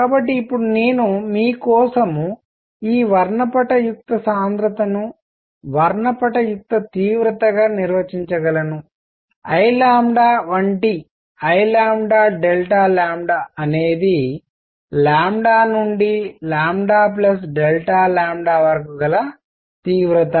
కాబట్టి ఇప్పుడు నేను మీ కోసం ఈ వర్ణపటయుక్త సాంద్రతను వర్ణపటయుక్త తీవ్రత గా నిర్వచించగలను Iవంటి I అనేది నుండి వరకు గల తీవ్రత